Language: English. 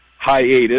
hiatus